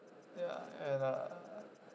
ya and uh